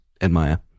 admire